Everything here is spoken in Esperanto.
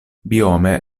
biome